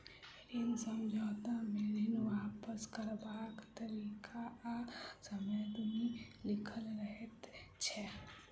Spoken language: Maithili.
ऋण समझौता मे ऋण वापस करबाक तरीका आ समय दुनू लिखल रहैत छै